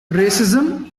racism